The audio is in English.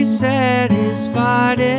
satisfied